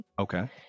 Okay